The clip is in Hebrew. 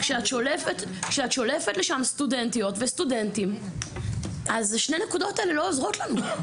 כשאת שולפת משם סטודנטיות וסטודנטים אז שתי הנקודות האלה לא עוזרות לנו.